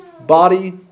body